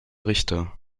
richter